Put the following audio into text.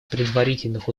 предварительных